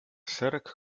szereg